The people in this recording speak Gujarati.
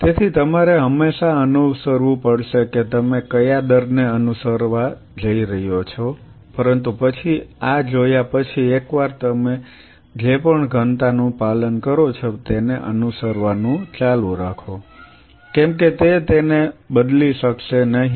તેથી તમારે હંમેશા અનુસરવું પડશે કે તમે કયા દરને અનુસરવા જઈ રહ્યા છો પરંતુ પછી આ જોયા પછી એકવાર તમે જે પણ ઘનતાનું પાલન કરો છો તેને અનુસરવાનું ચાલુ રાખો કેમ કે તે તેને બદલી શકશે નહીં